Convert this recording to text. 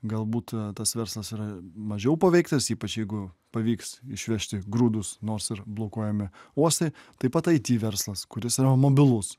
galbūt tas verslas yra mažiau paveiktas ypač jeigu pavyks išvežti grūdus nors ir blokuojami uostai taip pat aity verslas kuris yra mobilus